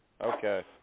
Okay